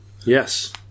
yes